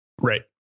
Right